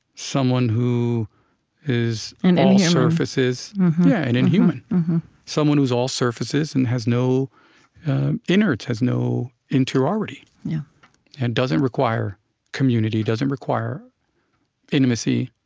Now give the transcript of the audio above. someone who is and all surfaces yeah an inhuman someone who's all surfaces and has no innards, has no interiority and doesn't require community, doesn't require intimacy,